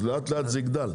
אז לאט לאט זה יגדל,